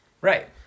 right